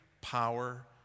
power